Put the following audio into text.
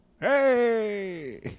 Hey